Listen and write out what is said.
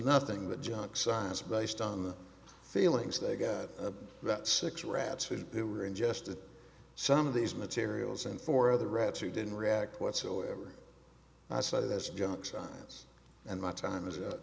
nothing but junk science based on the feelings they got that six rats who were ingested some of these materials and for other rats who didn't react whatsoever i cited as junk science and my time as